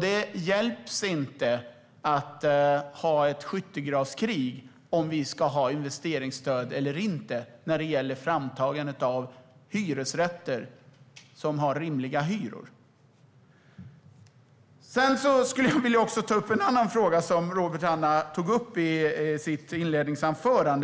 Det hjälper inte att ha ett skyttegravskrig i frågan om vi ska ha investeringsstöd eller inte när det gäller framtagandet av hyresrätter som har rimliga hyror. Jag skulle vilja ta upp en annan fråga som du, Robert Hannah, tog upp i ditt inledningsanförande.